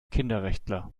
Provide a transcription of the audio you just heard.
kinderrechtler